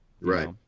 Right